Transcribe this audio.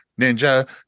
ninja